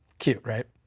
cute, right?